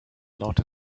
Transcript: lot